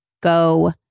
go